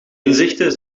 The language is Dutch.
inzichten